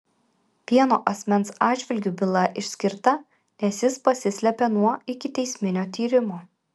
vieno asmens atžvilgiu byla išskirta nes jis pasislėpė nuo ikiteisminio tyrimo